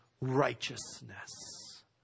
righteousness